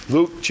Luke